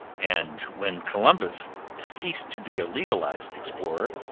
and when columbus ceased to be a legalized explorer,